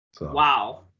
Wow